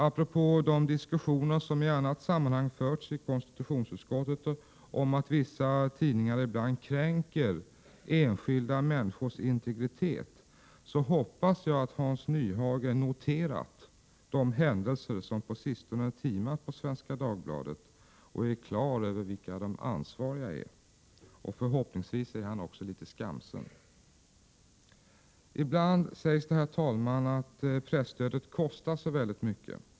Apropå de diskussioner som i annat sammanhang förts i konstitutionsutskottet om att vissa tidningar ibland kränker enskilda människors integritet hoppas jag att Hans Nyhage noterat de händelser som på sistone timat på Svenska Dagbladet och är klar över vilka de ansvariga är. Förhoppningsvis är han litet skamsen. Ibland sägs det att presstödet kostar så förfärligt mycket.